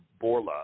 Borla